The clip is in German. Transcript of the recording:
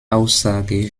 aussage